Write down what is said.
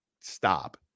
stop